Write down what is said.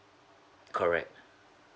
correct